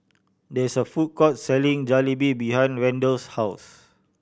there is a food court selling Jalebi behind Randell's house